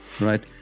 Right